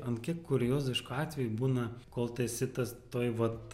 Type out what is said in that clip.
ant kiek kurioziškų atvejų būna kol tu esi tas toj vat